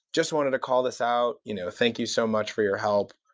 just wanted to call this out. you know thank you so much for your help.